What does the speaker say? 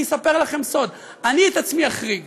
אספר לכם סוד: את עצמי אחריג,